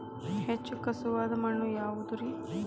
ಹೆಚ್ಚು ಖಸುವಾದ ಮಣ್ಣು ಯಾವುದು ರಿ?